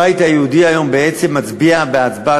הבית היהודי היום בעצם מצביע בעד הצעת